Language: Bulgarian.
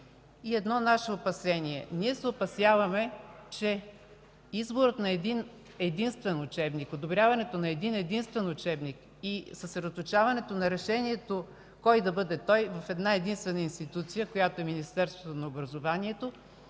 Едно наше опасение – опасяваме се, че изборът, одобряването на един-единствен учебник и съсредоточаването на решението кой да бъде той в една-единствена институция, каквато е Министерството на образованието,